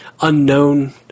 unknown